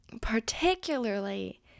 particularly